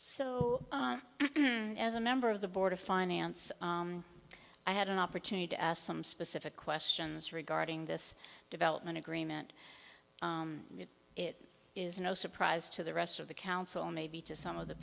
so as a member of the board of finance i had an opportunity to ask some specific questions regarding this development agreement it is no surprise to the rest of the council and maybe to some of the